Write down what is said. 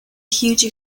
huge